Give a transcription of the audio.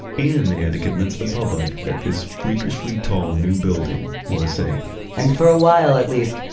and they had to convince the public that this freakishly tall new building was safe and for a while at least,